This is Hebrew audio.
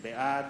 בעד